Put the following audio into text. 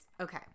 Okay